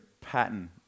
pattern